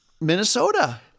Minnesota